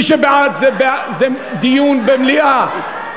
זה דיון במליאה.